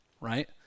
right